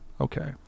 Okay